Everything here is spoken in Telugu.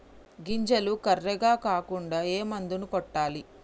గింజలు కర్రెగ కాకుండా ఏ మందును కొట్టాలి?